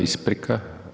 Isprika.